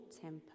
temper